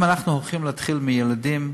אם אנחנו רוצים להתחיל מילדים,